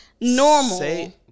normal